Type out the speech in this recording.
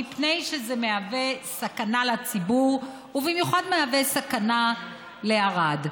מפני שזה מהווה סכנה לציבור ובמיוחד מהווה סכנה לערד.